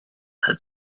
had